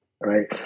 right